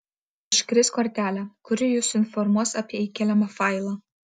iškris kortelė kuri jus informuos apie įkeliamą failą